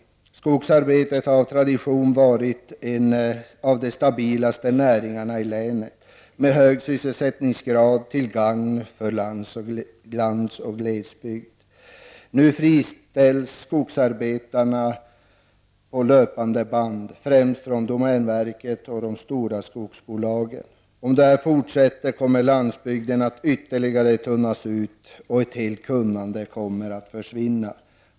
Skogen, skogsarbetet har av tradition varit en av de stabilaste näringarna i länet med hög sysselsättningsgrad till gagn för framför allt landsoch glesbygd. Nu friställs skogsarbetarna på löpande band, främst från domänverket och de stora bolagen. Om detta får fortsätta kommer landsbygden att ytterligare tunnas ut, och ett helt kunnande kommer att försvinna.